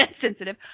sensitive